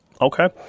Okay